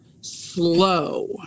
slow